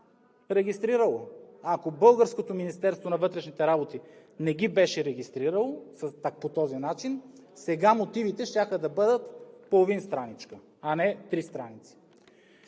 регистрирало. А ако българското Министерство на вътрешните работи не ги беше регистрирало по този начин, сега мотивите щяха да бъдат половин страничка, а не три страници.